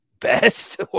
best